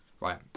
Right